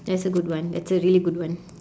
that's a good one that's a really good one